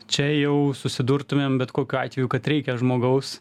čia jau susidurtumėm bet kokiu atveju kad reikia žmogaus